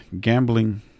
gambling